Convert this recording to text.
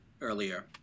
earlier